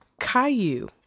Caillou